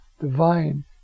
divine